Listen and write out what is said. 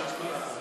נתקבל בושה וחרפה.